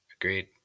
Agreed